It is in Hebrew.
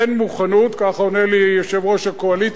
אין מוכנות, כך עונה לי יושב-ראש הקואליציה,